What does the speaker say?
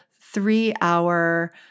three-hour